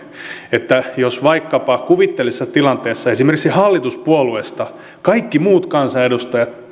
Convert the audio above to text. että jos vaikkapa kuvitteellisessa tilanteessa esimerkiksi hallituspuolueesta kaikki muut kansanedustajat